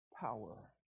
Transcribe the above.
power